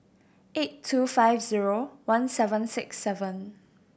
eight two five zero one seven six seven